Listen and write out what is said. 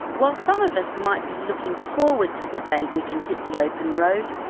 while some of us might be looking forward to the day we can hit the open road,